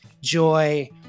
joy